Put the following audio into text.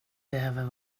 behöver